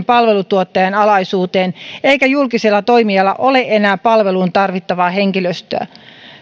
palveluntuottajan alaisuuteen eikä julkisella toimijalla ole enää palveluun tarvittavaa henkilöstöä